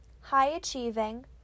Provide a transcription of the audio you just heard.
high-achieving